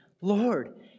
Lord